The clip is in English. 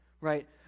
right